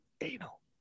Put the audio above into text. Anal